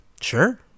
sure